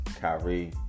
Kyrie